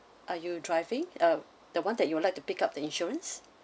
are you driving uh the one that you would like to pick up the insurance